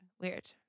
weird